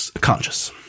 conscious